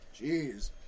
Jeez